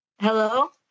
Hello